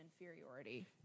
inferiority